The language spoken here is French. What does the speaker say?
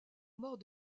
mort